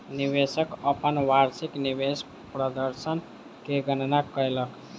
निवेशक अपन वार्षिक निवेश प्रदर्शन के गणना कयलक